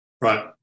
Right